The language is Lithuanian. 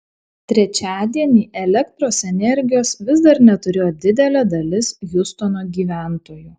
trečiadienį elektros energijos vis dar neturėjo didelė dalis hiūstono gyventojų